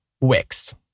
Wix